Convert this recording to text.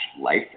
life